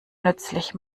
nützlich